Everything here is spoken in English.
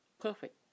perfect